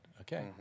okay